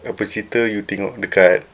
apa cerita you tengok dekat